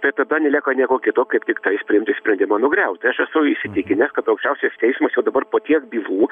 tai tada nelieka nieko kito kaip tiktai priimti sprendimą nugriauti aš esu įsitikinęs kad aukščiausias teismas jau dabar po tiek bylų